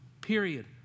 Period